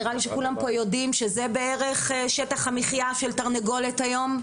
נראה לי שכולם יודעים שזה שטח המחייה של תרנגולת היום.